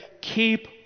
keep